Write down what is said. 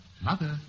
Mother